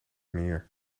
neer